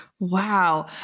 Wow